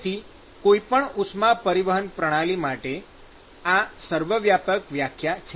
તેથી કોઈપણ ઉષ્મા પરિવહન પ્રણાલી માટે આ સર્વવ્યાપક વ્યાખ્યા છે